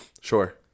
Sure